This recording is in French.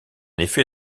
effet